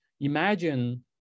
imagine